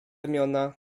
ramiona